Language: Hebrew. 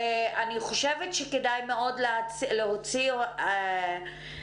אני חושבת שמאוד כדאי להוציא הנחיה,